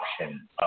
option